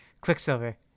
quicksilver